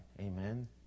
Amen